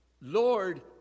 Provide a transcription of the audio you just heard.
Lord